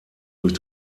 durch